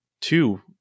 two